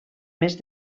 més